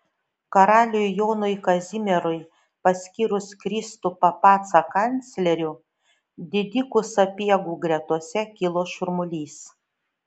karaliui jonui kazimierui paskyrus kristupą pacą kancleriu didikų sapiegų gretose kilo šurmulys